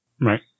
Right